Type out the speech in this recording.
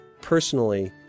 personally